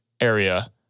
area